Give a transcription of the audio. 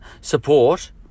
support